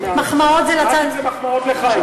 רק אם זה מחמאות לחיים.